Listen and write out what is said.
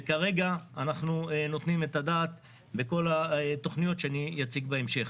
וכרגע אנחנו נותנים את הדעת לכל התוכניות שאני אציג בהמשך.